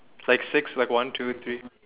like six like one two three